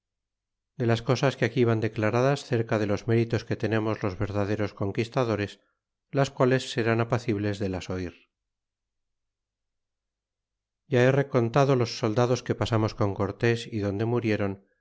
de las cosas que aquí van declaradas cerca de los méritos que tenemos los verdaderos conquistadores las quales serán apacibles de las oir ya he recontado los soldados que pasamos con cortés y donde murieron